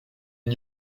n’y